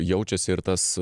jaučiasi ir tas